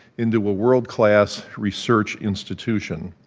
into a world-class research institution.